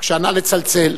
בבקשה, נא לצלצל.